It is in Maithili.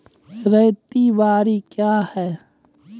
रैयत बाड़ी क्या हैं?